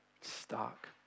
stuck